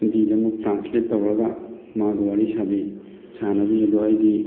ꯍꯤꯟꯗꯤꯗ ꯑꯃꯨꯛ ꯇ꯭ꯔꯥꯟꯂꯦꯠ ꯇꯧꯔꯒ ꯃꯥꯒ ꯋꯥꯔꯤ ꯁꯥꯕꯤ ꯁꯥꯅꯕꯤ ꯑꯗꯣ ꯑꯩꯗꯤ